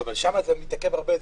אבל שם זה מתעכב הרבה זמן.